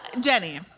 Jenny